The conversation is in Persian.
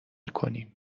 کنیم